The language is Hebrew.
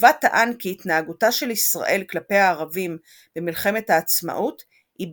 ובה טען כי התנהגותה של ישראל כלפי הערבים במלחמת העצמאות היא